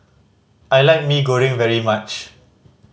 I like Mee Goreng very much